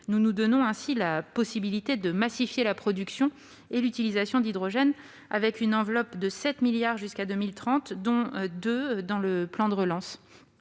Nous nous donnons ainsi la possibilité de massifier la production et l'utilisation d'hydrogène, avec une enveloppe de 7 milliards d'euros jusqu'à 2030, dont 2 milliards d'euros